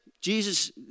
Jesus